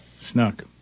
Snuck